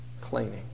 cleaning